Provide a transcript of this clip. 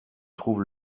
trouves